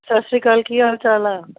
ਸਤਿ ਸ਼੍ਰੀ ਅਕਾਲ ਕੀ ਹਾਲ ਚਾਲ ਆ